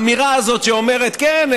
האמירה הזאת שאומרת: כן,